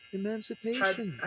emancipation